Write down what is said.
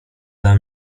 dla